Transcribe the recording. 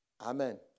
Amen